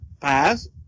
pass